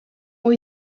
ont